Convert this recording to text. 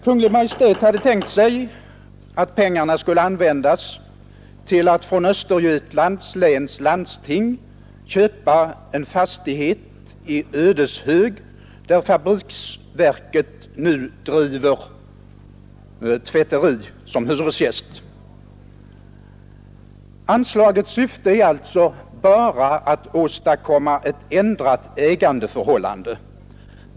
Kungl. Maj:t hade tänkt sig att pengarna skulle användas till att från Östergötlands läns landsting köpa en fastighet i Ödeshög, där fabriksverken nu driver tvätteri som hyresgäst. Anslagets syfte är alltså bara att åstadkomma ett ändrat ägandeförhållande.